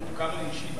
הוא מוכר לי אישית.